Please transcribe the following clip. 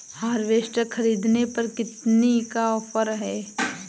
Harvester ख़रीदने पर कितनी का ऑफर है?